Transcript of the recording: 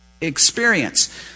experience